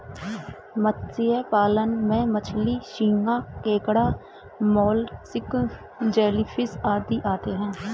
मत्स्य पालन में मछली, झींगा, केकड़ा, मोलस्क, जेलीफिश आदि आते हैं